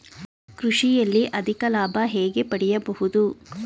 ಕೃಷಿಯಲ್ಲಿ ಅಧಿಕ ಲಾಭ ಹೇಗೆ ಪಡೆಯಬಹುದು?